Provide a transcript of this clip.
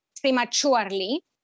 prematurely